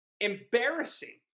embarrassing